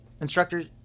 instructors